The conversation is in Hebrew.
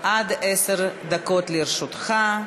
עד עשר דקות לרשותך.